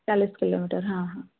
ଚାଲିଶି kilometre ହଁ ହଁ